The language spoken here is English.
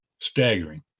Staggering